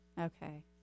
Okay